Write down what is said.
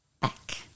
back